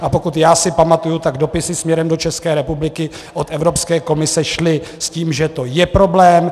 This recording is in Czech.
A pokud já si pamatuji, tak dopisy směrem do České republiky od Evropské komise šly s tím, že to je problém.